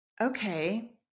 okay